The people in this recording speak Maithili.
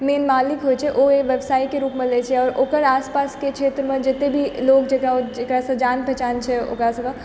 मेन मालिक होइत छै ओ व्यवसायके रूपमे लैत छै आओर ओकर आसपासके क्षेत्रमे जतेक भी लोग जकरासँ जान पहिचान छै ओकरा सबके